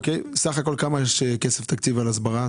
בסך הכול מה תקציב ההסברה?